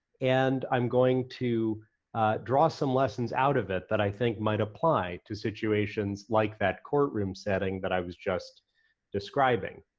and i'm going to draw some lessons out of it that i think might apply to situations like that courtroom setting that i was just describing.